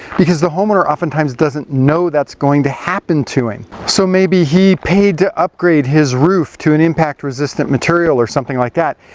because the homeowner oftentimes doesn't know that's going to happen to him. so maybe he paid to upgrade his roof to an impact-resistant material or something like that,